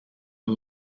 are